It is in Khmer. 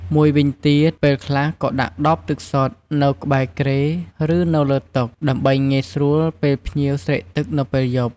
មួយវិញទៀត ពេលខ្លះក៏ដាក់ដបទឹកសុទ្ធ នៅក្បែរគ្រែ ឬ នៅលើតុ ដើម្បីងាយស្រួលពេលភ្ញៀវស្រេកទឹកនៅពេលយប់។